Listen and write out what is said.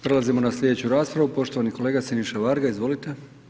Prelazimo na sljedeću raspravu, poštovani kolega Siniša Varga, izvolite.